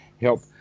help